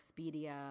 Expedia